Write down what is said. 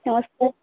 ନମସ୍କାର